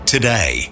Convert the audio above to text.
Today